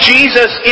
Jesus